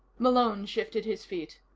malone shifted his feet.